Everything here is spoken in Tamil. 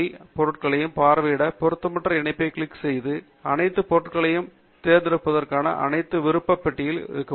அனைத்து பொருட்களையும் பார்வையிட பொருத்தமற்ற இணைப்பை கிளிக் செய்க அனைத்து பொருட்களையும் தேர்ந்தெடுப்பதற்கான அனைத்து விருப்ப பெட்டியில் சொடுக்கவும்